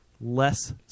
less